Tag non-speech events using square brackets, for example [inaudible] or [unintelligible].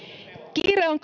kiire on [unintelligible]